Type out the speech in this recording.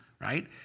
right